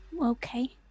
okay